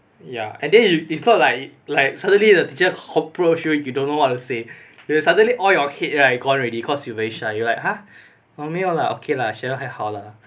ya and then it's not like like suddenly the teacher approach you if you don't know what to say then suddenly all your head right you gone already cause you very shy you like !huh! 我没有了 okay cheryl 还好 lah